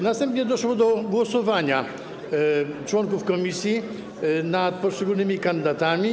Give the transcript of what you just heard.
Następnie doszło do głosowania członków komisji nad poszczególnymi kandydatami.